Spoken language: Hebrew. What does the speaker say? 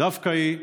דווקא היא,